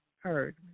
heard